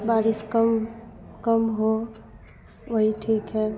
बारिश कम कम हो वही ठीक है